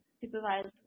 supervised